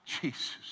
Jesus